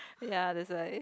ya that's why